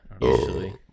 Usually